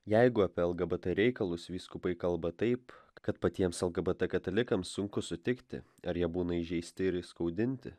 jeigu apie lgbt reikalus vyskupai kalba taip kad patiems lgbt katalikams sunku sutikti ar jie būna įžeisti ir įskaudinti